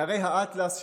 מהרי האטלס שבמרוקו,